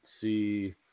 see